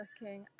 Looking